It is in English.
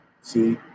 see